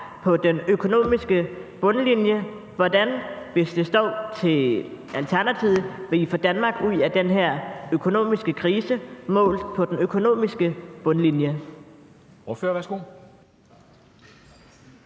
på den økonomiske bundlinje. Hvordan vil I, hvis det står til Alternativet, få Danmark ud af den her økonomiske krise, målt på den økonomiske bundlinje?